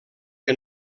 que